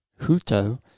huto